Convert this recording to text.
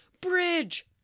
bridge